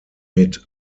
mit